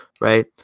right